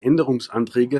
änderungsanträge